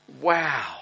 wow